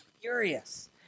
furious